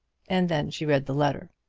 and then she read the letter.